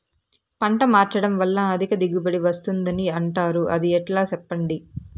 పంట మార్చడం వల్ల అధిక దిగుబడి వస్తుందని అంటారు అది ఎట్లా సెప్పండి